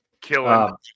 killing